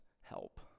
Help